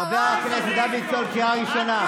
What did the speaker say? חבר הכנסת דוידסון, קריאה ראשונה.